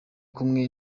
kumwe